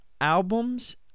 albums